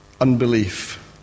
unbelief